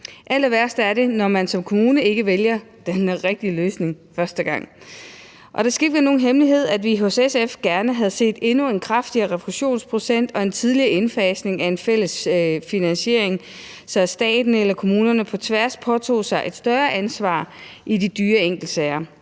Allerværst er det, når man som kommune ikke vælger den rigtige løsning første gang. Det skal ikke være nogen hemmelighed, at vi i SF gerne havde set en endnu større refusionsprocent og en tidligere indfasning af en fælles finansiering, så staten eller kommunerne på tværs påtog sig et større ansvar i de dyre enkeltsager,